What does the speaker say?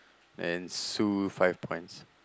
then Sue five points